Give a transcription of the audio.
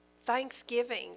thanksgiving